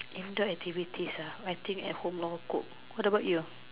indoor activities ah I think at home or cook what about you